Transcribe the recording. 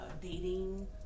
dating